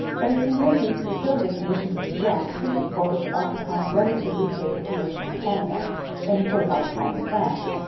but a seigneur who fulfilled the conditions of his grant could look forward to occupying a relatively greater position in canada than he could have occupied in france,